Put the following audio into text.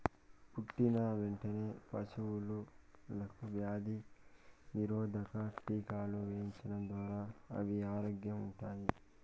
పుట్టిన వెంటనే పశువులకు వ్యాధి నిరోధక టీకాలు వేయించడం ద్వారా అవి ఆరోగ్యంగా ఉంటాయి